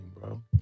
bro